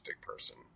person